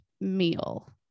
meal